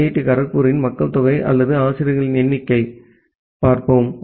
D கரக்பூரின் மக்கள்தொகை அல்லது ஆசிரியர்களின் எண்ணிக்கை ஐ